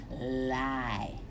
lie